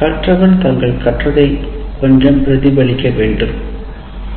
கற்றவர் தாங்கள் கற்றதை கொஞ்சம் பிரதிபலிக்க வேண்டும்